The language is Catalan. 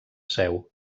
seu